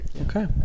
Okay